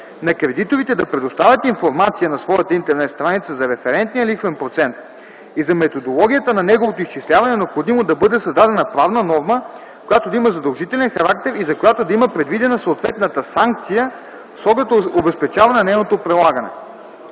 на кредиторите да предоставят информация на своята интернет страница за референтния лихвен процент и за методологията на неговото изчисляване е необходимо да бъде създадена правна норма, която да има задължителен характер и за която да има предвидена съответната санкция с оглед обезпечаване на нейното прилагане.